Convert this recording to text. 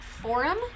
Forum